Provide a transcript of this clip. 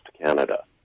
Canada